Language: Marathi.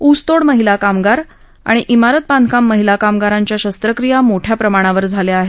ऊस तोड महिला कामगार आणि इमारत बांधकाम महिला कामगारांच्या शस्त्रक्रिया मोठ्या प्रमाणावर झाल्या आहेत